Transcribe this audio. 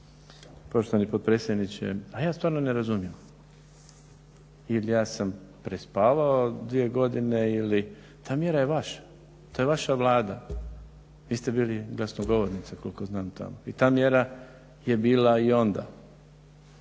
Poštovani potpredsjedniče, pa ja stvarno ne razumijem. Jel' ja sam prespavao dvije godine ili? Ta mjera je vaša, to je vaša Vlada vi ste bili glasnogovornica koliko znam tamo i ta mjera je bila i onda.